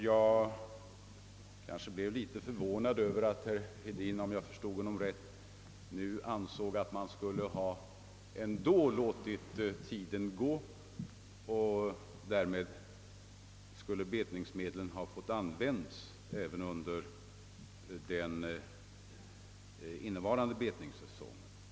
Jag blev något förvånad över att herr Hedin, om jag förstod honom rätt, ansåg att man ändå skulle ha låtit dessa betningsmedel användas under innevarande betningssäsong.